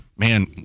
man